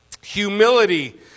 Humility